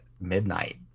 midnight